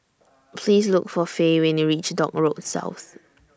Please Look For Faye when YOU REACH Dock Road South